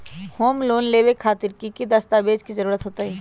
Home loan लेबे खातिर की की दस्तावेज के जरूरत होतई?